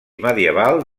medieval